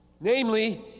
namely